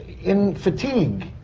in fatigue,